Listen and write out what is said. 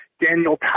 Daniel